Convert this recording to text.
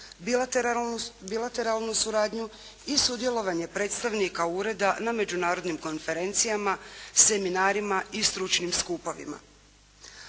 bilateralnu suradnju i sudjelovanje predstavnika ureda na međunarodnim konferencijama, seminarima i stručnim skupovima.